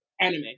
anime